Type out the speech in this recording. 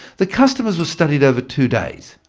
the customers were studied over two days,